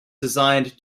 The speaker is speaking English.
designed